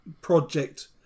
project